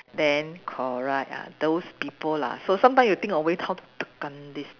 then correct ah those people lah so sometimes you think of way how to tekan these